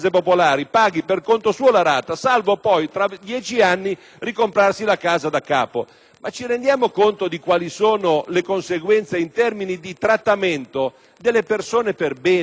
Ma ci rendiamo conto di quali sono le conseguenze in termini di trattamento delle persone per bene in questo Paese, di coloro che sputano sangue ma poi alla fine la rata del mutuo la pagano?